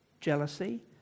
jealousy